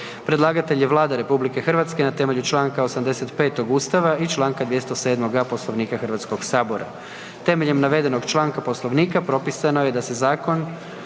Predlagatelj je Vlada RH na temelju Članka 85. Ustava i Članka 207. Poslovnika Hrvatskog sabora. Temeljem navedenog članka Poslovnika propisano je da se zakon,